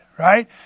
Right